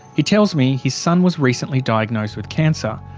he tells me his son was recently diagnosed with cancer.